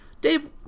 Dave